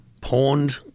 pawned